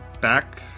back